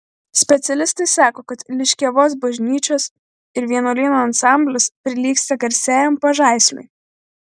specialistai sako kad liškiavos bažnyčios ir vienuolyno ansamblis prilygsta garsiajam pažaisliui